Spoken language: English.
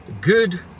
good